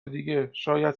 دیگه، شاید